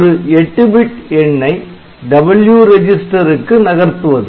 ஒரு 8 பிட் எண்ணை W ரெஜிஸ்டருக்கு நகர்த்துவது